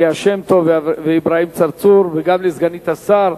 ליה שמטוב ואברהים צרצור, וגם לסגנית השר,